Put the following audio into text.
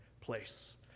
place